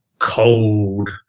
Cold